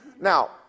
Now